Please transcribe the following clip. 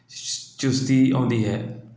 ਚੁਸਤੀ ਆਉਂਦੀ ਹੈ